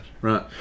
Right